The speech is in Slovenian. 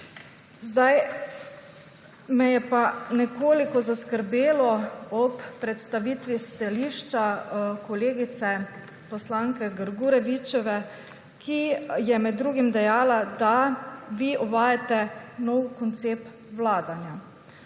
Me je pa nekoliko zaskrbelo ob predstavitvi stališča kolegice poslanke Grgurevičeve, ki je med drugim dejala, da vi uvajate nov koncept vladanja.